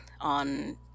on